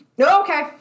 Okay